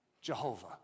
Jehovah